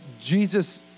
Jesus